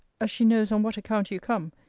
as she knows on what account you come,